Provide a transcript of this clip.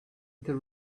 the